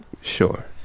Sure